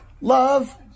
Love